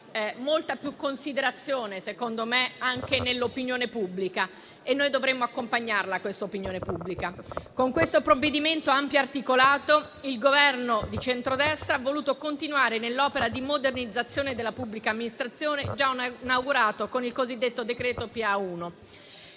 molta più considerazione anche presso l'opinione pubblica, che noi dovremmo accompagnare. Con questo provvedimento ampio e articolato, il Governo di centrodestra ha voluto continuare nell'opera di modernizzazione della macchina pubblica già inaugurata con il primo decreto-legge